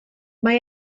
mae